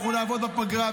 אנחנו נעבוד בפגרה,